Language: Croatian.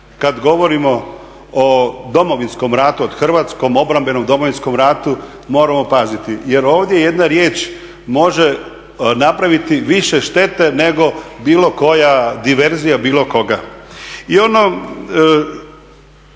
kad govorimo o Domovinskog ratu, o Hrvatskom obrambenom Domovinskom ratu, moramo paziti jer ovdje jedna riječ može napraviti više štete nego bilo koja diverzija bilo koga.